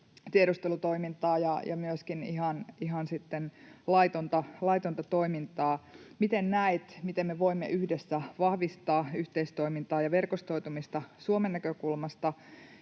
tiedustelutoimintaa ja myöskin ihan sitten laitonta toimintaa. Miten näet, miten me voimme yhdessä vahvistaa yhteistoimintaa ja verkostoitumista Suomen näkökulmasta?